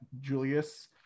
Julius